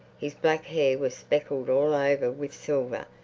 his black hair was speckled all over with silver,